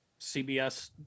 CBS